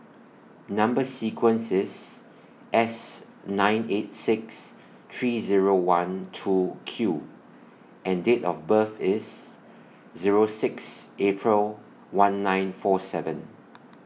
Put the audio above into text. Number sequence IS S nine eight six three Zero one two Q and Date of birth IS Zero six April one nine four seven